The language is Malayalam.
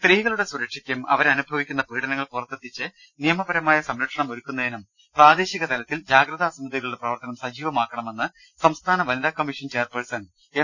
സ്ത്രീകളുടെ സുരക്ഷക്കും അവരനുഭവിക്കുന്ന പീഡനങ്ങൾ പുറത്തെത്തിച്ച് നിയമപരമായ സംരക്ഷണ മൊരുക്കുന്നതിനും പ്രാദേശികതലത്തിൽ ജാഗ്രതാ സമിതികളുടെ പ്രവർത്തനം സജീവമാക്കണമെന്ന് സംസ്ഥാന വനിതാ കമ്മീഷൻ ചെയർപേഴ്സൺ എം